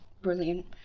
Brilliant